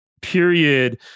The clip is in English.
period